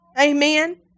Amen